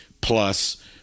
plus